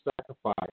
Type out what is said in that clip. sacrifice